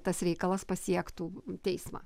tas reikalas pasiektų teismą